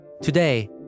Today